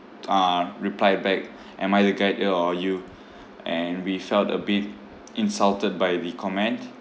uh reply back am I the guide uh or you and we felt a bit insulted by the comment